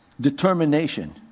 Determination